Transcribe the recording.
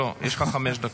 לא, יש לך חמש דקות.